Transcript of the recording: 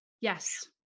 Yes